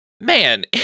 man